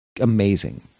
amazing